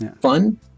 fun